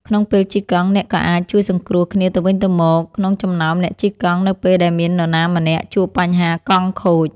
ក្នុងពេលជិះកង់អ្នកក៏អាចជួយសង្គ្រោះគ្នាទៅវិញទៅមកក្នុងចំណោមអ្នកជិះកង់ នៅពេលដែលមាននរណាម្នាក់ជួបបញ្ហាកង់ខូច។